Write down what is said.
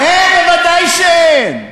אין, ודאי שאין.